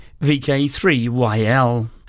VK3YL